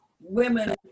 women